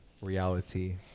Reality